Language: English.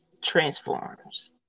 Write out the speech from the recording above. transforms